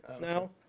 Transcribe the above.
now